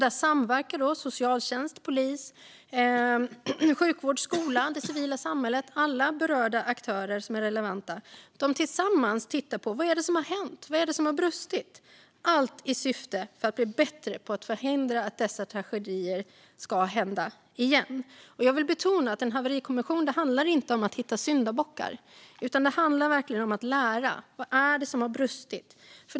Där samverkar socialtjänst, polis, sjukvård, skola, det civila samhället och andra berörda relevanta aktörer. De tittar tillsammans på: Vad är det som har hänt? Vad är det som har brustit? Allt görs i syfte att man ska bli bättre på att förhindra att sådana tragedier händer igen. Jag vill betona att en haverikommission inte handlar om att hitta syndabockar, utan det handlar verkligen om att lära: Vad är det som har brustit?